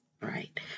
right